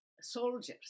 soldiers